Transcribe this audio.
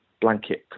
blanket